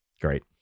Great